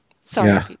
Sorry